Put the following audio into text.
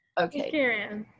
okay